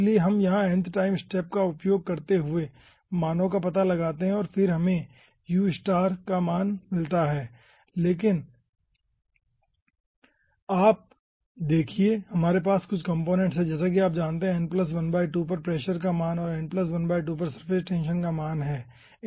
इसलिए हम यहाँ nth टाइम स्टेप का उपयोग करते हुए मानों का पता लगाते हैं और फिर हमें u का मान मिलता है लेकिन यहाँ आप देखिए हमारे पास कुछ कपेनेंट्स हैं जैसे कि आप जानते हैं n½ पर प्रेशर का मान और n½ पर सर्फेस टेंशन का मान हैं